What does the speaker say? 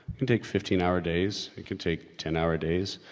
and take fifteen hour days, it could take ten hour days.